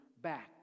back